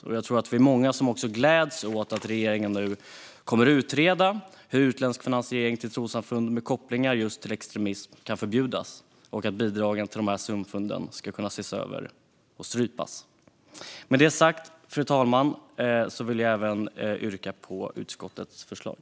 Jag tror också att vi är många som gläds åt att regeringen nu kommer att utreda hur utländsk finansiering till trossamfund med kopplingar till extremism kan förbjudas och hur bidragen till dessa samfund kan ses över och strypas. Med det sagt, fru talman, yrkar jag bifall till utskottets förslag.